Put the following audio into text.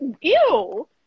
ew